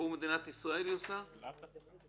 היא עושה עבור מדינת ישראל?